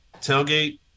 Tailgate